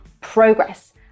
progress